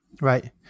Right